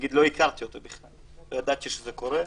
נגיד לא הכרתי אותו בכלל, לא ידעתי שזה קורה.